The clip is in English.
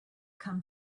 come